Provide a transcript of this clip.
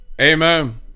Amen